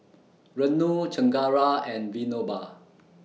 Renu Chengara and Vinoba